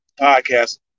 podcast